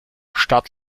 statt